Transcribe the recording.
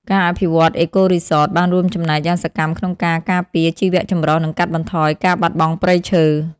ការអភិវឌ្ឍន៍ អេកូរីសត បានរួមចំណែកយ៉ាងសកម្មក្នុងការការពារជីវចម្រុះនិងកាត់បន្ថយការបាត់បង់ព្រៃឈើ។